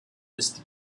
ist